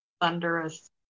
thunderous